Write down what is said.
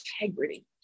integrity